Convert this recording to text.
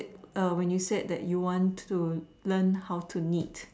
when you said that you want to learn how to knit